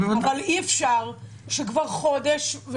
אבל אי אפשר שכבר חודש,